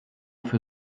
für